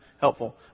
helpful